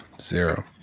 Zero